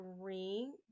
green